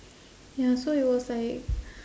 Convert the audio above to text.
ya so it was like